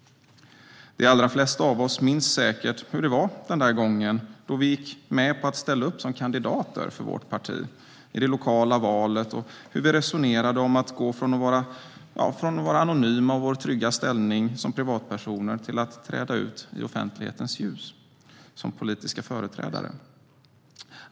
De allra flesta av oss minns säkert hur det var den där gången då vi gick med på att ställa upp som kandidater för vårt parti i det lokala valet och hur vi resonerade om att gå från att vara anonyma och trygga som privatpersoner till att träda ut i offentlighetens ljus som politiska företrädare.